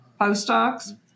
postdocs